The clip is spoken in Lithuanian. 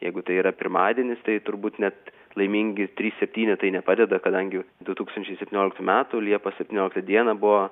jeigu tai yra pirmadienis tai turbūt net laimingi trys septynetai nepadeda kadangi du tūkstančiai septynioliktų metų liepos septynioliktą dieną buvo